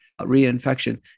reinfection